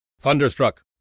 Thunderstruck